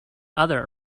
other